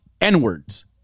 N-words